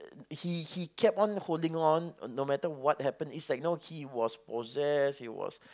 he he kept on holding on no matter what happened it's like you know he was possessed he was